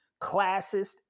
classist